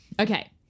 Okay